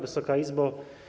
Wysoka Izbo!